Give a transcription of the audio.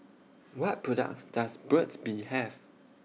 What products Does Burt's Bee Have